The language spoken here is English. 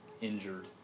injured